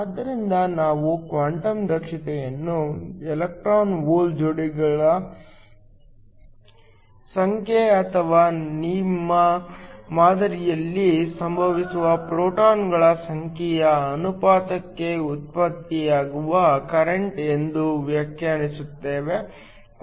ಆದ್ದರಿಂದ ನಾವು ಕ್ವಾಂಟಮ್ ದಕ್ಷತೆಯನ್ನು ಎಲೆಕ್ಟ್ರಾನ್ ಹೋಲ್ ಜೋಡಿಗಳ ಸಂಖ್ಯೆ ಅಥವಾ ನಿಮ್ಮ ಮಾದರಿಯಲ್ಲಿ ಸಂಭವಿಸುವ ಫೋಟಾನ್ಗಳ ಸಂಖ್ಯೆಯ ಅನುಪಾತಕ್ಕೆ ಉತ್ಪತ್ತಿಯಾಗುವ ಕರೆಂಟ್ ಎಂದು ವ್ಯಾಖ್ಯಾನಿಸುತ್ತೇವೆ